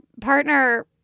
partner